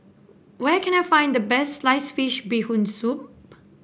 where can I find the best Sliced Fish Bee Hoon Soup